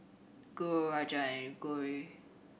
Guru Rajan and Gauri